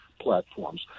platforms